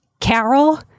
Carol